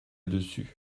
dessus